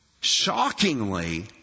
Shockingly